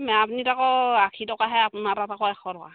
মেৰাপানীত আকৌ আশী টকাহে আপোনাৰ তাত আকৌ এশ টকা